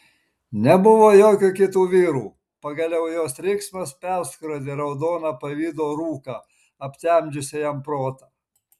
nebuvo jokių kitų vyrų pagaliau jos riksmas perskrodė raudoną pavydo rūką aptemdžiusį jam protą